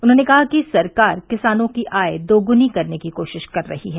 उन्होंने कहा कि सरकार किसानों की आय दोगुना करने की कोशिश कर रही है